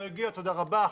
לא הגיע, תודה רבה, החלטה.